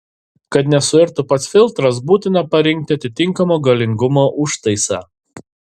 kad nesuirtų pats filtras būtina parinkti atitinkamo galingumo užtaisą